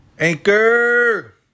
Anchor